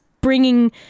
bringing